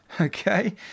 Okay